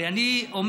הרי אני אומר,